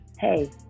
hey